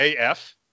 AF